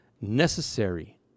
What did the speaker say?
necessary